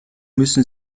müssen